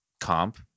comp